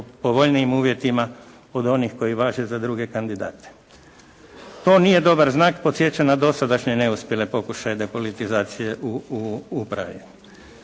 povoljnijim uvjetima od onih koji važe za druge kandidate. To nije dobar znak. Podsjeća na dosadašnje neuspjele pokušaje depolitizacije u upravi.